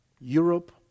Europe